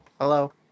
Hello